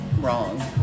wrong